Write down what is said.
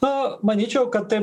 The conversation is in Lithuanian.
na manyčiau kad tai